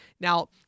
Now